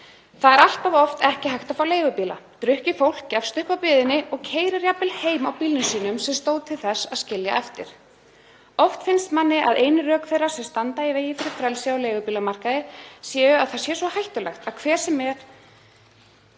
Það er allt of oft sem ekki er hægt að fá leigubíla. Drukkið fólk gefst upp á biðinni og keyrir jafnvel heim á bílnum sínum sem stóð til þess að skilja eftir. Oft finnst manni að einu rök þeirra sem standa í vegi fyrir frelsi á leigubílamarkaði séu að það sé svo hættulegt að hver sem er